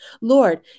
Lord